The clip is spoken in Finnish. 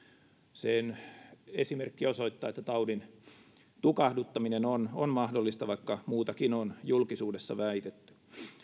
sen esimerkki osoittaa että taudin tukahduttaminen on on mahdollista vaikka muutakin on julkisuudessa väitetty